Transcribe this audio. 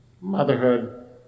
Motherhood